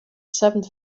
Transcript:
seventh